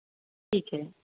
ठीक है